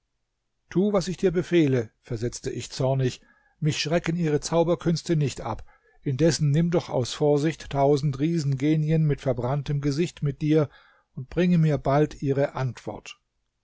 thu was ich dir befehle versetzte ich zornig mich schrecken ihre zauberkünste nicht ab indessen nimm doch aus vorsicht tausend riesengenien mit verbranntem gesicht mit dir und bringe mir bald ihre antwort